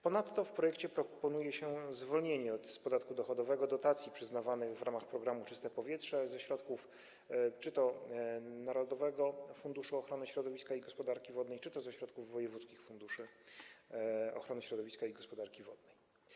Ponadto w projekcie proponuje się zwolnienie z podatku dochodowego dotacji przyznawanych w ramach programu „Czyste powietrze” ze środków czy to Narodowego Funduszu Ochrony Środowiska i Gospodarki Wodnej, czy to wojewódzkich funduszy ochrony środowiska i gospodarki wodnej.